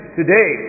today